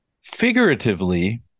figuratively